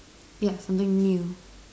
ya something new